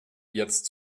jetzt